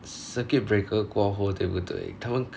circuit breaker 过后对不对他们 k~